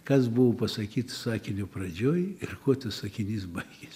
kas buvo pasakyta sakinio pradžioj ir kuo sakinys baigias